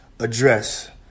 address